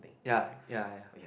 ya ya ya